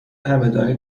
همدانی